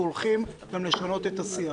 אנחנו הולכים גם לשנות את השיח.